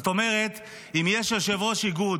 זאת אומרת, אם יש יושב-ראש איגוד